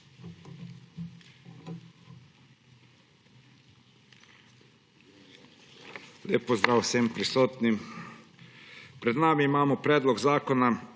Hvala.